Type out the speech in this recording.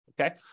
okay